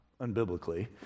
unbiblically